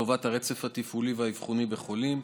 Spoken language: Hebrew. לטובת הרצף התפעולי והאבחוני בחולים.